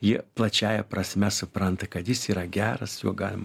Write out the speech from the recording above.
jie plačiąja prasme supranta kad jis yra geras juo galima